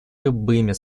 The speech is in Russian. любыми